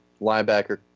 linebacker